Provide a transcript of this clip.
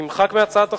נמחק מהצעת החוק,